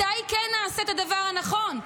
מתי כן נעשה את הדבר הנכון?